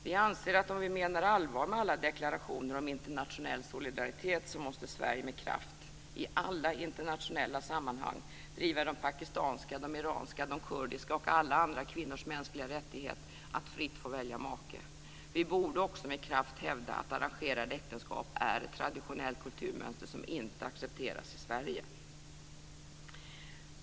Vi anser att om vi menar allvar med alla deklarationer om internationell solidaritet måste Sverige med kraft i alla internationella sammanhang driva de pakistanska, de iranska, de kurdiska och alla andra kvinnors mänskliga rättighet att fritt få välja make. Vi borde också med kraft hävda att arrangerade äktenskap är ett traditionellt kulturmönster som inte accepteras i Sverige.